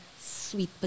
sweet